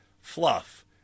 fluff